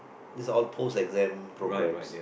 this is all post exams programs